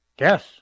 Yes